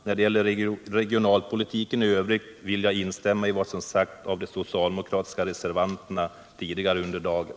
När det gäller regionalpolitiken i övrigt vill jag instämma i vad som sagts av de socialdemokratiska reservanterna tidigare under dagen.